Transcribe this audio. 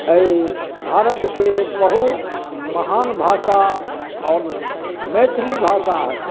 एहि भारतके बहुत महान भाषा मैथिली भाषा है